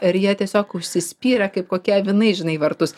ir jie tiesiog užsispyrę kaip kokie avinai žinai į vartus